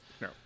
No